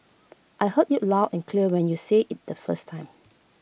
I heard you loud and clear when you said IT the first time